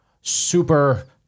super